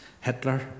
Hitler